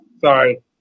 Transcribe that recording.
sorry